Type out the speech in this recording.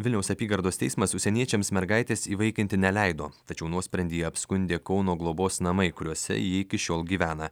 vilniaus apygardos teismas užsieniečiams mergaitės įvaikinti neleido tačiau nuosprendį apskundė kauno globos namai kuriuose ji iki šiol gyvena